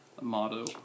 Motto